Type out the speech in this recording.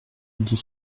dit